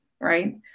Right